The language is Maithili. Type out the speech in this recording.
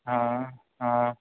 हँ हँ